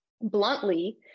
bluntly